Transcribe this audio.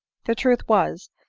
the truth was,